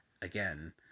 again